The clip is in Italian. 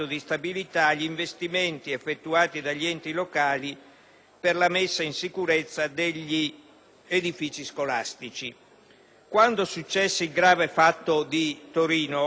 per la messa in sicurezza degli edifici scolastici. Quando successe il grave fatto di Torino, il Ministro dell'istruzione assicurò